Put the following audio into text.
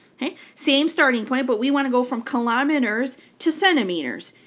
okay. same starting point, but we want to go from kilometers to centimeters.